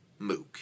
MOOC